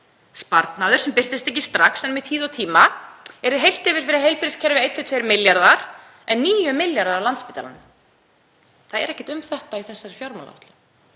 sparnaður sem birtist ekki strax en með tíð og tíma, yrði heilt yfir fyrir heilbrigðiskerfið 1–2 milljarðar, en 9 milljarðar á Landspítalann. Það er ekkert um þetta í þessari fjármálaáætlun.